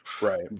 Right